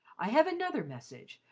i have another message,